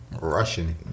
Russian